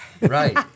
Right